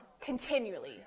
continually